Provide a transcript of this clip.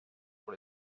pour